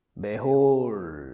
Behold